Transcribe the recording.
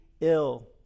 ill